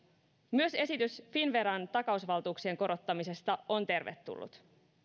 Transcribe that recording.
myös esitys finnveran takausvaltuuksien korottamisesta on tervetullut